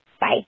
bye